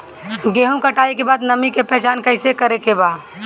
गेहूं कटाई के बाद नमी के पहचान कैसे करेके बा?